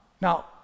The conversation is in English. Now